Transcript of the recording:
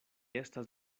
estas